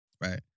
right